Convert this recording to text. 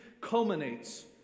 culminates